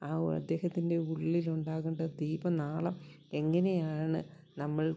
ആ ഓ അദ്ദേഹത്തിൻ്റെ ഉള്ളിലുണ്ടാകേണ്ട ദീപനാളം എങ്ങനെയാണ് നമ്മൾ